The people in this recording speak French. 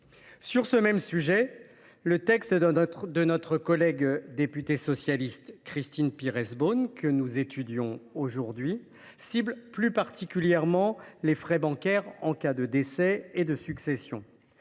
Sur ce même sujet, le texte de notre collègue, la députée socialiste Christine Pires Beaune, que nous étudions aujourd’hui, cible plus particulièrement les frais bancaires en cas de décès et de succession.